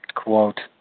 quote